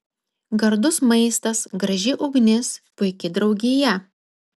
gardus maistas graži ugnis puiki draugija